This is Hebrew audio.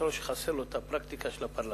אתה רואה שחסרה לו הפרקטיקה של הפרלמנט.